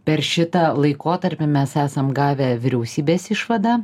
per šitą laikotarpį mes esam gavę vyriausybės išvadą